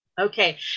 Okay